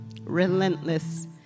relentless